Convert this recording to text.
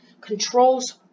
controls